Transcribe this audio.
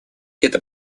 это